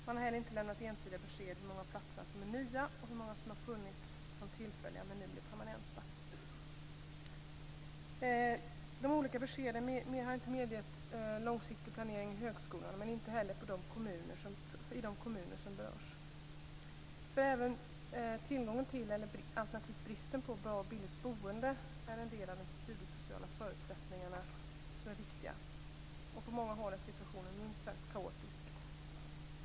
Man har heller inte lämnat entydiga besked om hur många av platserna som är nya och hur många som har funnits som tillfälliga men nu blir permanenta. De olika beskeden har inte medgett långsiktig planering i högskolorna men inte heller i de kommuner som berörs. Även tillgången till, alternativt bristen på, bra och billigt boende är en del av de studiesociala förutsättningar som är viktiga. På många håll är situationen minst sagt kaotisk.